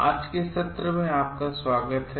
आज के सत्र में आपका स्वागत है